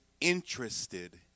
interested